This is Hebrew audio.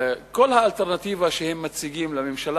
כל האלטרנטיבה שהם מציגים לממשלה